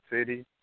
City